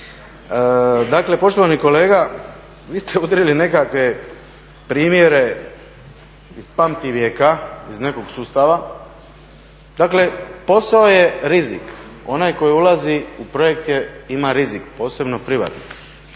Dakle poštovani kolega vi ste udarili u nekakve primjere iz pamtivijeka iz nekog sustava. Dakle posao je rizik onaj koji ulazi u projekte ima rizik posebno privatnik.